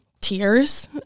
tears